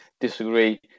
disagree